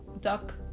Duck